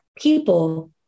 people